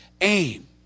aim